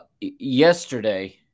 yesterday